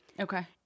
Okay